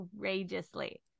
courageously